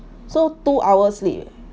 so two hours sleep eh